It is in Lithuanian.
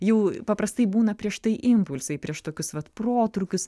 jau paprastai būna prieš tai impulsai prieš tokius vat protrūkius